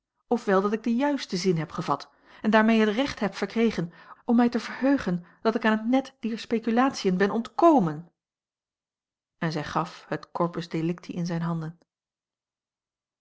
wel dat ik den juisten zin heb gevat en daarmee het recht heb verkregen om mij te verheugen dat ik aan het net dier speculatiën ben ontkomen en zij gaf het corpus delicti in zijne handen